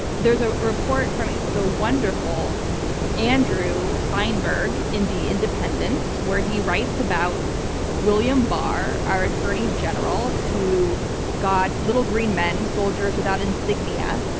there's a report from the wonderful andrew feinberg in the independent, where he writes about william barr, our attorney general, who got little green men, soldiers without insignia.